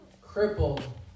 crippled